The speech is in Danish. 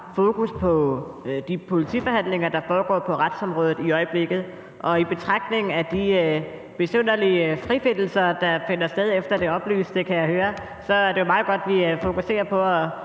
fokus på de politiforhandlinger, der foregår på retsområdet. Og i betragtning af de besynderlige frifindelser, der efter det oplyste finder sted, så er det jo meget godt, at vi fokuserer på at